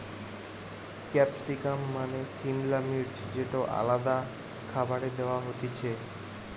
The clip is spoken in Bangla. ক্যাপসিকাম মানে সিমলা মির্চ যেটো আলাদা খাবারে দেয়া হতিছে